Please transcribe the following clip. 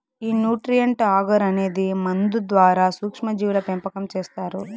ఈ nutrient agar అనే మందు ద్వారా సూక్ష్మ జీవుల పెంపకం చేస్తారు